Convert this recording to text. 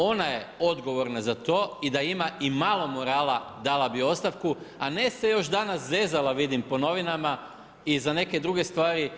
Ona je odgovorna za to i da ima i malo morala dala bi ostavku, a ne se još danas zezala vidim, po novinama i za neke druge stvari.